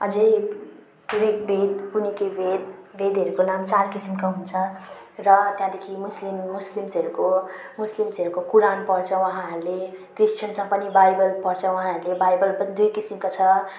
अझै ऋगवेद कुनि के वेद वेदहरूको नाम चाहिँ चार किसिमका हुन्छ र त्यहाँदेखि मुस्लिम मुस्लिम्सहरूको मुस्लिम्सहरूको कुरान पढ्छ वहाँहरूले क्रिस्चियनमा पनि बाइबल पढ्छ वहाँहरूले बाइबल पनि दुई किसिमका छ